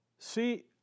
See